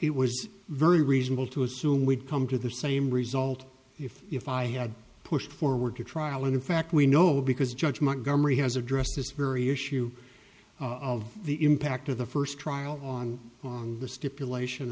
it was very reasonable to assume we'd come to the same result if if i had pushed forward to trial and in fact we know because judge my government has addressed this very issue of the impact of the first trial on on the stipulation